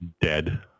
dead